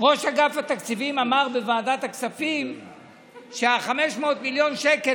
ראש אגף התקציבים אמר בוועדת הכספים שה-500 מיליון שקל